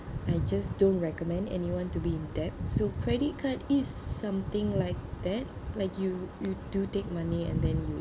I just don't recommend anyone to be in debt so credit card is something like that like you you do take money and then you